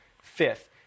fifth